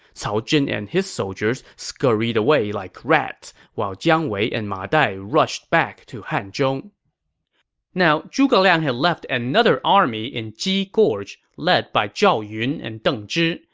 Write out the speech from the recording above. cao zhen and his soldiers scurried away like rats, while jiang wei and ma dai rushed back to hanzhong now, zhuge liang had left another army in ji gorge, led by zhao yun and deng zhi.